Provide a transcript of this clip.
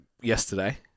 Yesterday